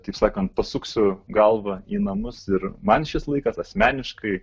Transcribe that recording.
taip sakant pasuksiu galvą į namus ir man šis laikas asmeniškai